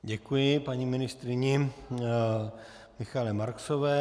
Děkuji paní ministryni Michaele Marksové.